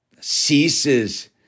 ceases